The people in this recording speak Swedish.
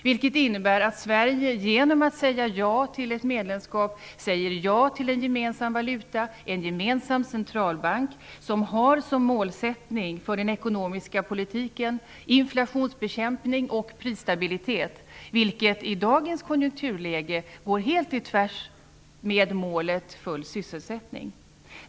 Det innebär att Sverige genom att säga ja till ett medlemskap säger ja till en gemensam valuta, en gemensam centralbank med målsättningen inflationsbekämpning och prisstabilitet för den ekonomiska politiken. I dagens konjunkturläge går det helt på tvärs med målet full sysselsättning.